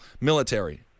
military